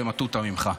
במטותא ממך.